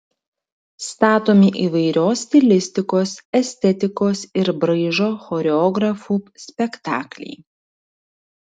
statomi įvairios stilistikos estetikos ir braižo choreografų spektakliai